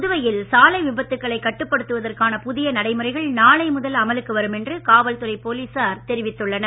புதுவையில் சாலை விபத்துக்களைக் கட்டுப்படுத்துவதற்கான புதிய நடைமுறைகள் நாளை முதல் அமலுக்கு வரும் என்று காவல்துறை போலீசார் தெரிவித்துள்ளனர்